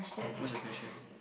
what's your question